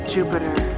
Jupiter